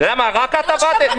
למה, רק את עבדת?